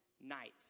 nights